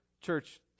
church